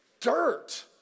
dirt